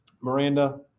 Miranda